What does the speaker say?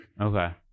Okay